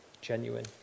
genuine